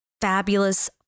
Fabulous